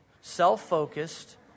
self-focused